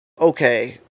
okay